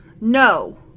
No